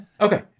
okay